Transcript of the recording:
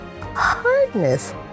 hardness